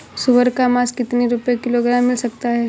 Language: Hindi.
सुअर का मांस कितनी रुपय किलोग्राम मिल सकता है?